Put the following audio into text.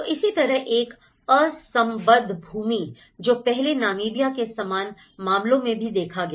तो इसी तरह एक असंबद्ध भूमि जो पहले नामीबिया के समान मामलों में भी देखा गया